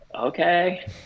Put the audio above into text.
Okay